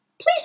Please